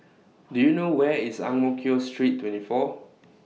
Do YOU know Where IS Ang Mo Kio Street twenty four